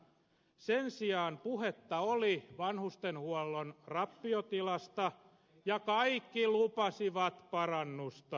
sen sijaan puhetta oli vanhustenhuollon rappiotilasta ja kaikki lupasivat parannusta